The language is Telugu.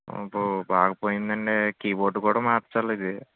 అబ్బో బాగా పోయిందండీ కీబోర్డు కూడా మార్చాలి ఇది